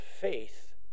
faith